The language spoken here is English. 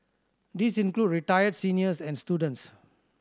these include retired seniors and students